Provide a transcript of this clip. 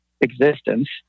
existence